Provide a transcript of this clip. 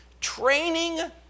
training